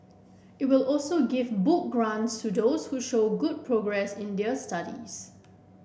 it will also give book grants to those who show good progress in their studies